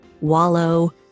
wallow